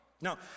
Now